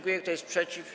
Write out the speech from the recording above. Kto jest przeciw?